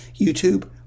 YouTube